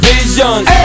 Visions